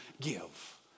give